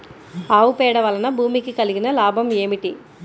ఆవు పేడ వలన భూమికి కలిగిన లాభం ఏమిటి?